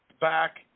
back